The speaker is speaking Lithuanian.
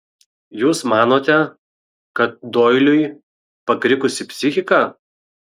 jūs manote kad doiliui pakrikusi psichika